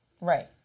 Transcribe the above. right